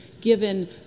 given